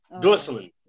Glistening